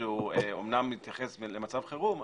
שהוא אמנם מתייחס למצב חירום,